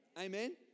Amen